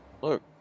Look